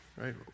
right